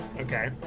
okay